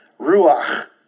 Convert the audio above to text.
Ruach